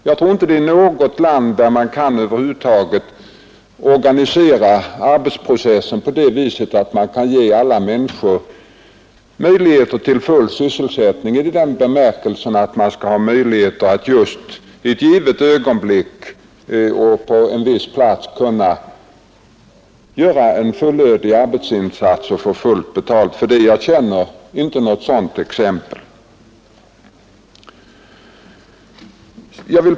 Jag tror inte det finns något land där man kan organisera arbetsprocessen på det viset att alla människor har möjligheter till sysselsättning i den bemärkelsen att var och en skall kunna i ett givet ögonblick och på önskad plats göra en fullödig arbetsinsats och få fullt betalt för den; jag känner inte något sådant exempel.